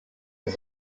was